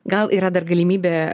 gal yra dar galimybė